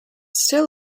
still